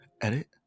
Edit